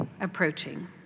approaching